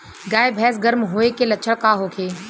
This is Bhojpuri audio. गाय भैंस गर्म होय के लक्षण का होखे?